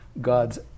God's